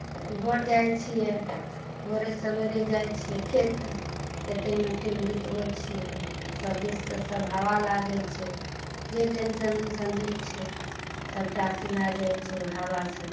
भोर जाइत छियै भोरे सवेरे जाइत छियै खेत खेतेमे टाइम बितबैत छियै सभदिशसँ सभ हवा लागैत छै जे टेंशन उँशन रहैत छै सभटा अथी भए जाइत छै ओहि हवासँ